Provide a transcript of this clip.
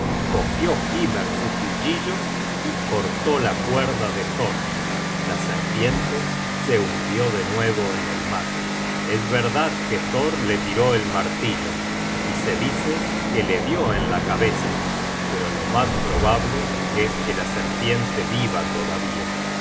cogió hymer su cuchillo y cortó la cuerda de thor la serpiente se hundió de nuevo en el mar es verdad que thor la tiró el martillo y se dice que la dió en la cabeza pero lo mas probable es que la serpiente vive todavía